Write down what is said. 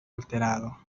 alterado